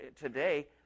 today